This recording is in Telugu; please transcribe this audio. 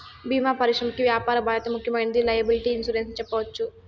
భీమా పరిశ్రమకి వ్యాపార బాధ్యత ముఖ్యమైనదిగా లైయబిలిటీ ఇన్సురెన్స్ ని చెప్పవచ్చు